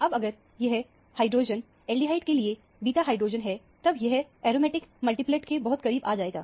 अब अगर यह हाइड्रोजन एल्डिहाइड के लिए बीटा हाइड्रोजन है तब यह एरोमेटिक मल्टीप्लेट के बहुत करीब आ जाएगा